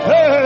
Hey